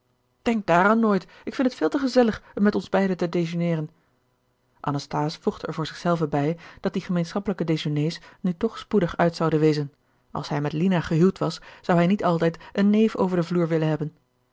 denk daaraan nooit ik vind het veel te gezellig om met ons beiden te dejeuneeren anasthase voegde er voor zich zelven bij dat die gemeenschappelijke dejeuners nu toch spoedig uit zouden wezen als hij met lina gehuwd was zou hij niet altijd een neef over den vloer willen hebben